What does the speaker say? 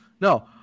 No